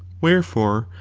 wherefore,